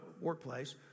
workplace